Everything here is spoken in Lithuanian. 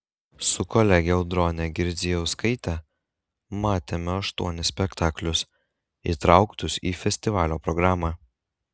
su kolege audrone girdzijauskaite matėme aštuonis spektaklius įtrauktus į festivalio programą